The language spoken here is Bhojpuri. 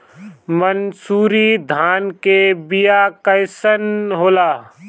मनसुरी धान के बिया कईसन होला?